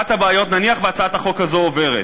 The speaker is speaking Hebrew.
אחת הבעיות, נניח שהצעת החוק הזו עוברת,